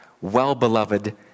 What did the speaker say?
well-beloved